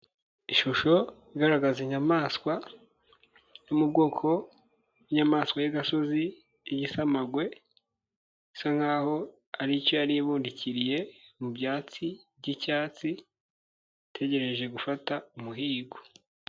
Ishusho igaragaza inyamaswa yo mu bwoko bw'inyamaswa y'agasozi igisamagwe. Isa nkaho ari cyo yari ibundikiriye mu byatsi by'icyatsi, itegereje gufata umuhigo.